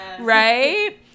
right